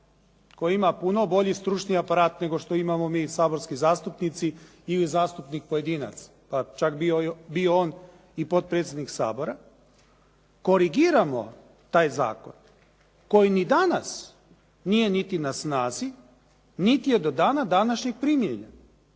koja ima puno bolji stručni aparat, nego što imamo mi saborski zastupnici ili zastupnik pojedinac, pa čak bio on i potpredsjednik Sabora, korigiramo taj zakon koji ni danas nije nit na snazi niti je do dana današnjeg primijenjen.